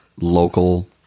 local